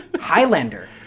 Highlander